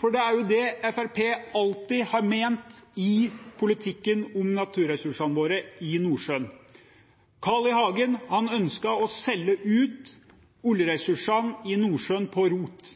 for det er jo det Fremskrittspartiet alltid har ment i politikken om naturressursene våre i Nordsjøen. Carl I. Hagen ønsket å selge ut oljeressursene i Nordsjøen på rot.